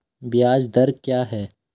ब्याज दर क्या है?